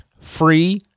Free